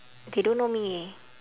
they don't know me